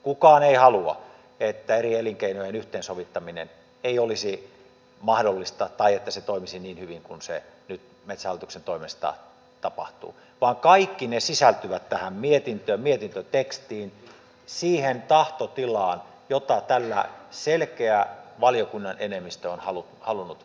kukaan ei halua että eri elinkeinojen yhteensovittaminen ei olisi mahdollista tai ettei se toimisi niin hyvin kuin se nyt metsähallituksen toimesta tapahtuu vaan kaikki ne sisältyvät tähän mietintöön mietintötekstiin siihen tahtotilaan jota tällä selkeä valiokunnan enemmistö on halunnut osoittaa